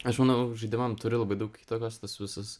aš manau žaidimam turi labai daug įtakos tas visas